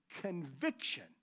conviction